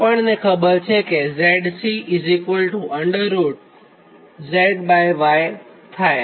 આપણને ખબર છે કે ZC zy થાય